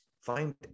find